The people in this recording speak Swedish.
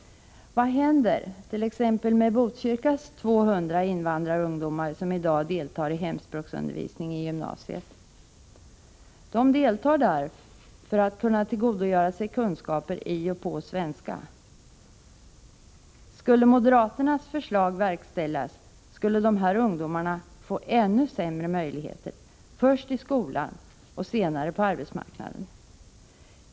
> Vad händert.ex. med Botkyrkas 200 invandrarungdomar som i dag deltar i hemspråksundervisning i gymnasiet? De deltar där för att kunna tillgodogöra sig kunskaper i och på svenska. Skulle moderaternas förslag verkställas, skulle de här ungdomarna få ännu sämre möjligheter, först i skolan och senare på arbetsmarknaden.